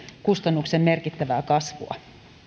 kustannusten merkittävää kasvua